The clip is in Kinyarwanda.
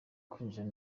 kwinjira